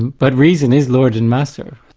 but reason is lord and master.